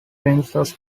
princes